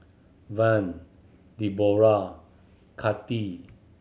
Vaughn Debora Kathi